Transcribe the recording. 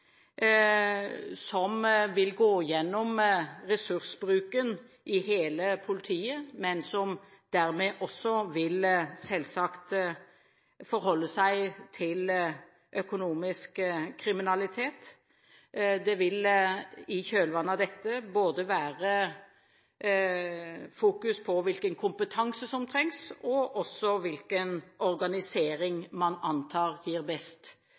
som vil gå gjennom ressursbruken i hele politiet, og som selvsagt også vil forholde seg til økonomisk kriminalitet. Det vil i kjølvannet av dette være fokus på hvilken kompetanse som trengs, og også hvilken organisering man antar gir best